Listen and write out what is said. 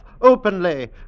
openly